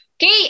Okay